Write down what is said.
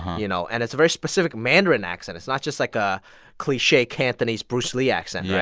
you know? and it's a very specific mandarin accent. it's not just like a cliche, cantonese, bruce lee accent, right?